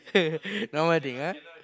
normal thing ah